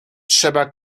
trzeba